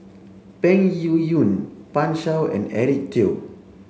Peng Yuyun Pan Shou and Eric Teo